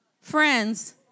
friends